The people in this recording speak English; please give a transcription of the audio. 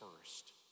first